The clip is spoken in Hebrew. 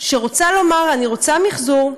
שרוצה לומר: אני רוצה מחזור,